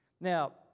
Now